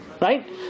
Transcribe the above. Right